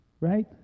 Right